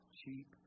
cheap